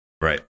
right